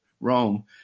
Rome